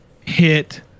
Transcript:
hit